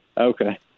okay